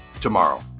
tomorrow